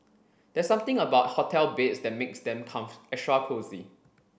there's something about hotel beds that makes them extra cosy